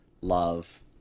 love